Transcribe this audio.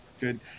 Good